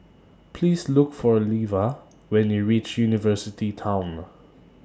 Please Look For Leva when YOU REACH University Town